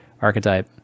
archetype